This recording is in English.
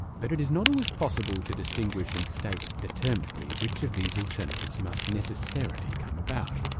but it is not always possible to distinguish and state determinately, which of these alternatives must necessarily come about.